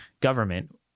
government